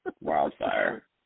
Wildfire